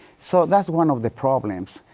so, that's one of the problems.